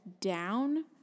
down